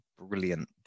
brilliant